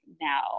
now